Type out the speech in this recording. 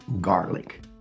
garlic